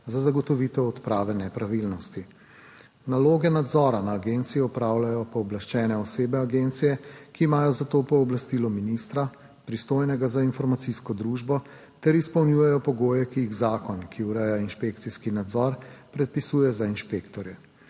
za zagotovitev odprave nepravilnosti. Naloge nadzora na agenciji opravljajo pooblaščene osebe agencije, ki imajo za to pooblastilo ministra, pristojnega za informacijsko družbo, ter izpolnjujejo pogoje, ki jih zakon, ki ureja inšpekcijski nadzor, predpisuje za inšpektorje.